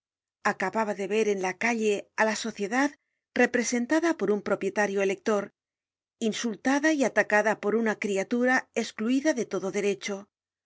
acababa de ver en la calle á la sociedad representada por un propietario elector insultada y atacada por una criatura escluida de todo derecho una